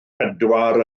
pedwar